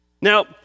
Now